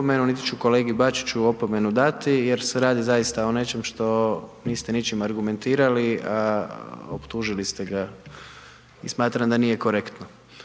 niti ću kolegi Bačiću opomenu dati, jer se radi zaista o nečem što niste ničim argumentirali, a optužili ste ga i smatram da nije korektno.